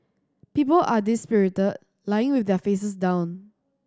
people are dispirited lying with their faces down